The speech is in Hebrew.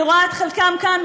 אני רואה את חלקם כאן,